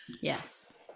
Yes